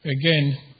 Again